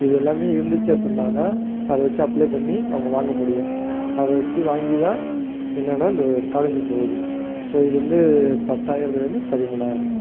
இது எல்லாம் இருந்துச்சி அப்புடினா தான் அதை வச்சி அப்ளை பண்ணி அவங்க வாங்க முடியும் அதை வச்சி வாங்கி தான் என்னென்னா அந்த ஸ்காலர்ஷிப் போகுது ஸோ இது வந்து பத்தாயிரத்திலேருந்து பதிமூனாயிரம்